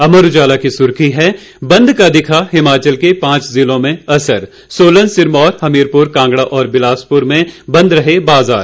अमर उजाला की सुर्खी है बंद का दिखा हिमाचल के पांच जिलों में असर सोलन सिरमौर हमीरपुर कांगड़ा और बिलासपुर में बंद रहे बाजार